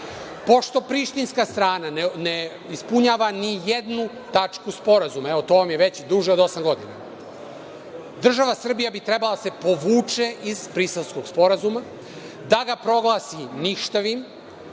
prištinska strana ne ispunjava ni jednu tačku sporazuma, evo to vam je već duže od osam godina, država Srbija bi trebala da se povuče iz Briselskog sporazuma, da ga proglasi ništavim